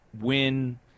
win